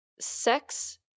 sex